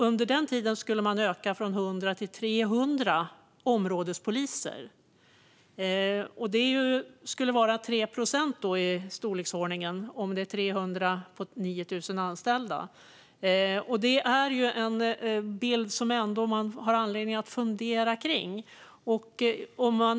Under den tiden skulle områdespoliserna öka från 100 till 300. Det skulle då vara i storleksordningen 3 procent, om det är 300 av 9 000 anställda. Det är en bild som man har anledning att fundera kring. Fru talman!